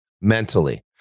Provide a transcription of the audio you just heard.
mentally